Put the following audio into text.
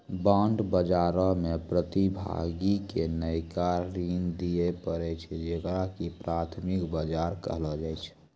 bond बजारो मे प्रतिभागी के नयका ऋण दिये पड़ै छै जेकरा की प्राथमिक बजार कहलो जाय छै